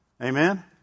Amen